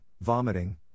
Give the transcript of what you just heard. vomiting